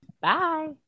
Bye